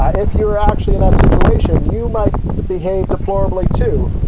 ah if you're actually in that situation, you might behave deplorably too,